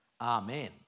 amen